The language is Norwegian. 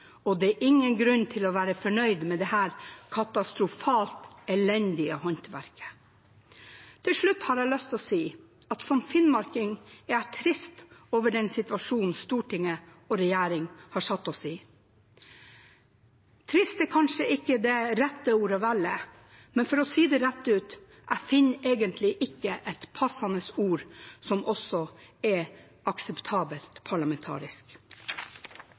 og det er ingen grunn til å være fornøyd med dette katastrofalt elendige håndverket. Til slutt har jeg lyst til å si at jeg som finnmarking er trist over den situasjonen Stortinget og regjeringen har satt oss i. Trist er kanskje ikke det rette ordet å velge, men for å si det rett ut: Jeg finner egentlig ikke et passende ord som også er akseptabelt parlamentarisk.